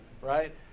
right